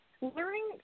Learning